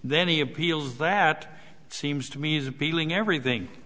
then he appeals that seems to me he's appealing everything